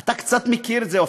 אתה קצת מכיר את זה,